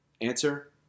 Answer